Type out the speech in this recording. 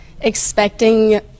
expecting